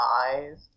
eyes